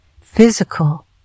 physical